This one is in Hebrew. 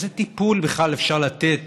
איזה טיפול בכלל אפשר לתת